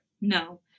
no